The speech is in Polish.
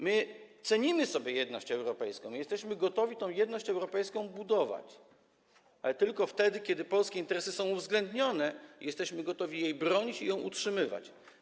My cenimy sobie jedność europejską, jesteśmy gotowi tę jedność europejską budować, ale tylko wtedy, kiedy polskie interesy są uwzględnione, jesteśmy gotowi jej bronić i ją utrzymywać.